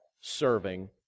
serving